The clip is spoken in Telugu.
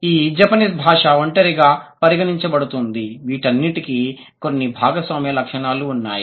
ఈ జపనీస్ భాష ఒంటరిగా పరిగణించబడుతుంది వీటన్నింటికీ కొన్ని భాగస్వామ్య లక్షణాలు ఉన్నాయి